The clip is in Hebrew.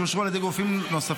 שאושרו על ידי גופים נוספים,